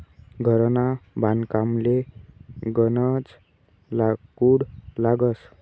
घरना बांधकामले गनज लाकूड लागस